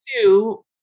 two